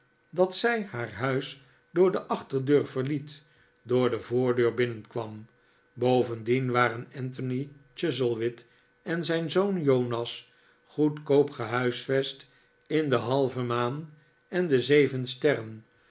dat zij haar huis door de achterdeur verliet door de voordeur binnenkwam bovendien waren anthony chuzzlewit en zijn zoon jonas goedkoop gehuisvest in de halve maan en de zeven sterren